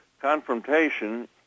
confrontation